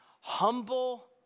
humble